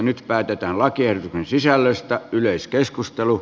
nyt päätetään lakiehdotusten sisällöstä yleiskeskustelu